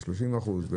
ב-30%?